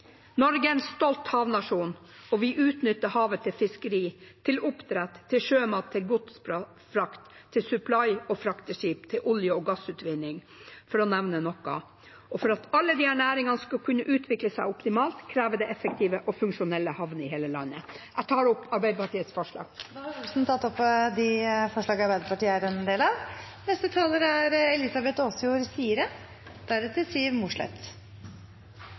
Norge er en stolt havnasjon, og vi utnytter havet til fiskerier, til oppdrett av sjømat, til godsfrakt, til supply- og frakteskip og til olje- og gassutvinning, for å nevne noe. Og for at alle disse næringene skal kunne utvikle seg optimalt, kreves det effektive og funksjonelle havner i hele landet. Jeg tar opp de forslagene Arbeiderpartiet er en del av. Representanten Ingalill Olsen har tatt opp de